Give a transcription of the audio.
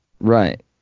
Right